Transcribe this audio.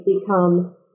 become